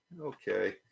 Okay